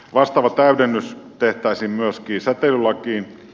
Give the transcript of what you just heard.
vastaava täydennys tehtäisiin myöskin säteilylakiin